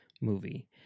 movie